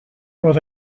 with